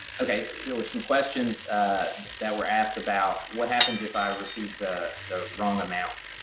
ok, there were some questions that were asked about, what happens if i receive the the wrong amount?